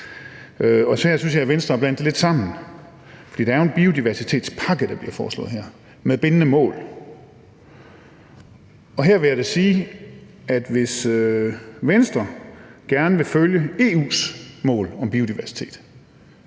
Og her synes jeg, Venstre blander det lidt sammen, for det er jo en biodiversitetspakke, der bliver foreslået her, med bindende mål. Og her vil jeg da sige, at hvis Venstre kommer til forhandlingerne og gerne vil følge EU's mål om biodiversitet,